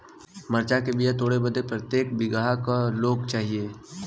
मरचा के तोड़ बदे प्रत्येक बिगहा क लोग चाहिए?